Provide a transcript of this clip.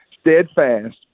steadfast